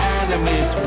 enemies